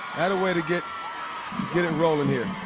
that a way to get get it rolling here.